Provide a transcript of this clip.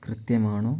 കൃത്യമാണോ